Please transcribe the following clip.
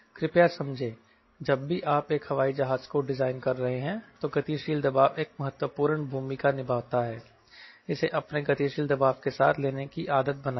कृपया समझें जब भी आप एक हवाई जहाज को डिजाइन कर रहे हैं तो गतिशील दबाव एक महत्वपूर्ण भूमिका निभाता है इसे अपने गतिशील दबाव के साथ लेने की आदत बनाएं